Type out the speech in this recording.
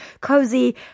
cozy